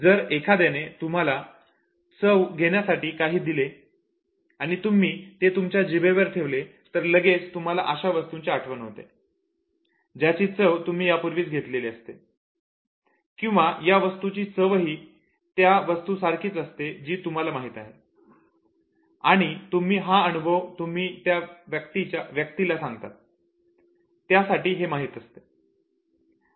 जर एखाद्याने तुम्हाला चव घेण्यासाठी काही दिले आणि तुम्ही ते तुमच्या जिभेवर ठेवले तर लगेच तुम्हाला अशा वस्तूंची आठवण होते ज्याची चव तुम्ही यापूर्वीच घेतलेली असते किंवा या वस्तूची चवही त्या वस्तू सारखी असते जी तुम्हाला माहित आहे आणि तुम्ही हा अनुभव तुम्ही ज्या व्यक्तीला सांगतात त्यालाही हे माहीत असते